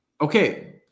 Okay